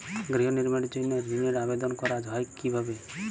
গৃহ নির্মাণের জন্য ঋণের আবেদন করা হয় কিভাবে?